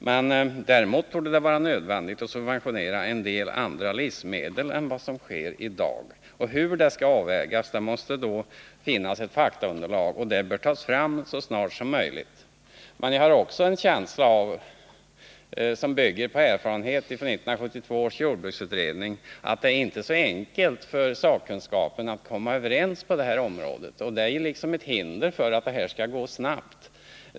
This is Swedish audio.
Men däremot torde det vara nödvändigt att subventionera en del livsmedel som i dag inte subventioneras. För att göra den bedömningen måste det finnas ett faktaunderlag, och det bör tas fram så snart som möjligt. Men jag har också en känsla av — och den bygger på erfarenheter från 1972 års jordbruksutredning — att det inte är så enkelt för sakkunskapen att komma överens på detta område, och det är ett hinder för att det här skall gå snabbt.